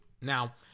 Now